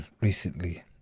recently